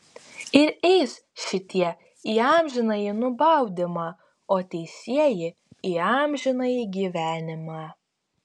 ir eis šitie į amžinąjį nubaudimą o teisieji į amžinąjį gyvenimą